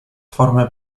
formy